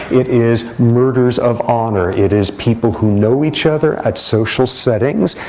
it is murders of honor. it is people who know each other at social settings,